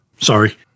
Sorry